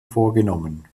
vorgenommen